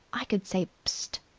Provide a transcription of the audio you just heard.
i could say psst!